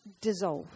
dissolve